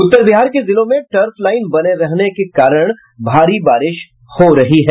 उत्तर बिहार के जिलों में ट्रर्फ लाईन बने होने के कारण भारी बारिश हो रही है